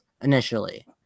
initially